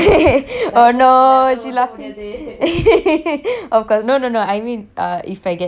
no she laughi~ of course no no no I mean err I they get license already then